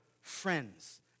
friends